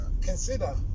consider